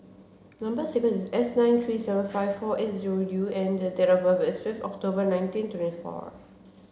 number sequence is S nine three seven five four eight zero U and the date of birth is fifth October nineteen twenty four